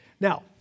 Now